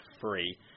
free